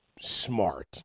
smart